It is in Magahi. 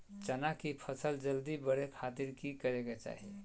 चना की फसल जल्दी बड़े खातिर की करे के चाही?